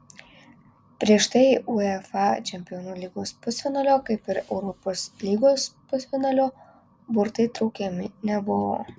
prieš tai uefa čempionų lygos pusfinalio kaip ir europos lygos pusfinalio burtai traukiami nebuvo